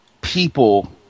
people